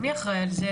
מי אחראי על זה?